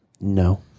No